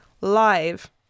live